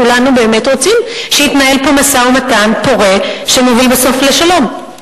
כולנו באמת רוצים שיתנהל פה משא-ומתן פורה שמוביל בסוף לשלום.